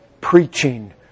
preaching